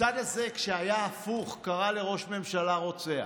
הצד הזה, כשהיה הפוך, קרא לראש ממשלה רוצח.